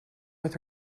with